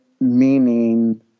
meaning